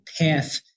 path